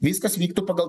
viskas vyktų pagal